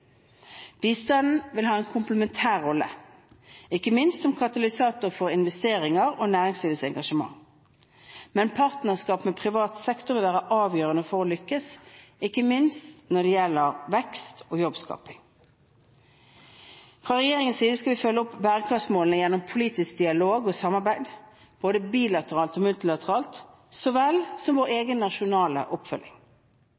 Bistanden vil ha en komplementær rolle, ikke minst som katalysator for investeringer og næringslivets engasjement. Partnerskap med privat sektor vil være avgjørende for å lykkes, ikke minst når det gjelder vekst og jobbskaping. Fra regjeringens side skal vi følge opp bærekraftsmålene gjennom politisk dialog og samarbeid, både bilateralt og multilateralt så vel som gjennom vår egen nasjonale oppfølging.